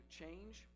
change